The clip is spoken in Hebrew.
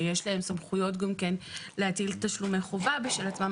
שיש להם סמכויות גם כן להטיל תשלומי חובה בשל עצמם.